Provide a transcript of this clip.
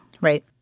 Right